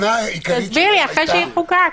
תסביר לי אחרי שיחוקק.